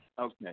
Okay